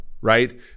right